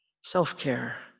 Self-care